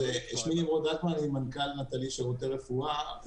שמי נמרוד אלטמן, אני מנכ"ל נטל"י שירותי רפואה.